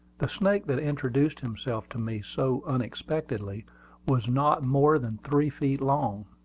the snake that introduced himself to me so unexpectedly was not more than three feet long.